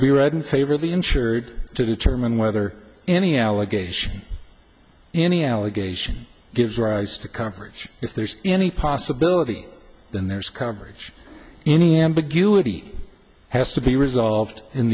to be read in favor of the insured to determine whether any allegation any allegation gives rise to coverage if there's any possibility then there's coverage any ambiguity has to be resolved in